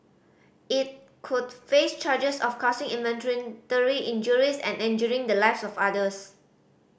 it could face charges of causing involuntary injuries and endangering the lives of others